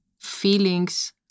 feelings